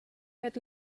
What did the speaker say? had